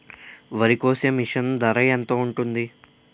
వరి కోసే మిషన్ ధర ఎంత ఉంటుంది?